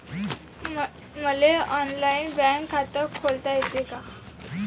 मले online bank खात खोलता येते का?